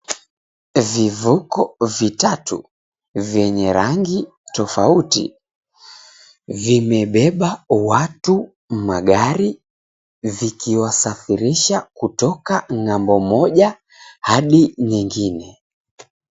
Vivuko vitatu venye rangi tofauti vimebeba watu, magari vikiwa safirisha kutoka ng'ambo moja hadi nyingine.